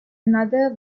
another